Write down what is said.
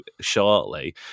shortly